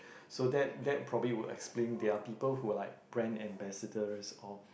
so that that probably would explain there are people who like brand ambassadors of